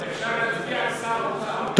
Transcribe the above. אנחנו נצביע על סעיף 04 לשנת הכספים 2014,